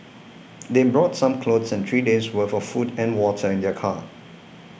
they brought some clothes and three days'worth of food and water in their car